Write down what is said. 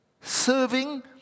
Serving